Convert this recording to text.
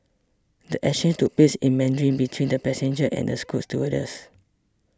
the exchange took place in Mandarin between the passenger and a Scoot stewardess